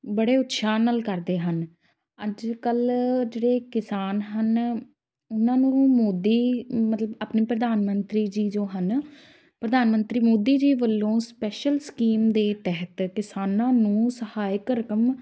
ਬੜੇ ਉਤਸ਼ਾਹ ਨਾਲ ਕਰਦੇ ਹਨ ਅੱਜ ਕੱਲ੍ਹ ਜਿਹੜੇ ਕਿਸਾਨ ਹਨ ਉਹਨਾਂ ਨੂੰ ਮੋਦੀ ਮਤਲਬ ਆਪਣੇ ਪ੍ਰਧਾਨ ਮੰਤਰੀ ਜੀ ਜੋ ਹਨ ਪ੍ਰਧਾਨ ਮੰਤਰੀ ਮੋਦੀ ਜੀ ਵੱਲੋਂ ਸਪੈਸ਼ਲ ਸਕੀਮ ਦੇ ਤਹਿਤ ਕਿਸਾਨਾਂ ਨੂੰ ਸਹਾਇਕ ਰਕਮ